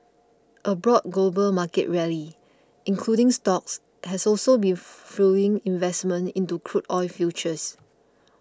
a broad global market rally including stocks has also been fuelling investment into crude oil futures